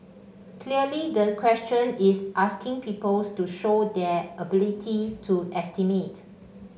clearly the question is asking pupils to show their ability to estimate